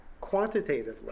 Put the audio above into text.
quantitatively